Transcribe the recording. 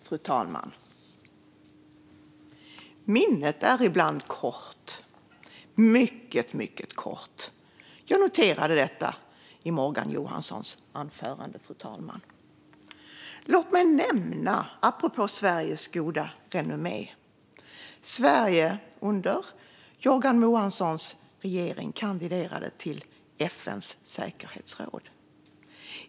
Fru talman! Minnet är ibland kort - mycket, mycket kort. Jag noterade det under Morgan Johanssons anförande, fru talman. Låt mig apropå Sveriges goda renommé nämna att Sverige under Morgan Johanssons regering kandiderade till FN:s säkerhetsråd.